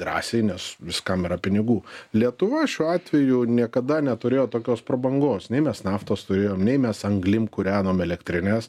drąsiai nes viskam yra pinigų lietuva šiuo atveju niekada neturėjo tokios prabangos nei mes naftos turėjom nei mes anglim kūrenom elektrines